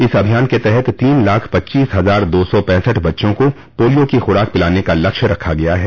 इस अभियान के तहत तीन लाख पच्चीस हजार दो सौ पैसठ बच्चों को पोलियो की खुराक पिलाने का लक्ष्य रखा गया है